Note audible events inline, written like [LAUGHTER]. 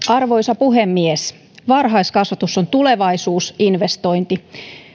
[UNINTELLIGIBLE] arvoisa puhemies varhaiskasvatus on tulevaisuusinvestointi